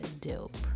dope